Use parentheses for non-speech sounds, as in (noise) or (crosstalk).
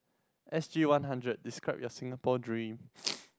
S_G one hundred describe your Singapore dream (noise)